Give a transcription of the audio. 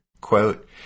quote